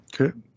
Okay